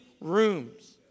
rooms